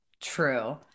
true